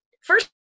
first